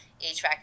HVAC